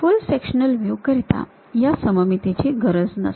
फुल sectional view करीत या सममिती ची गरज नसते